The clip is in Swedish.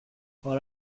har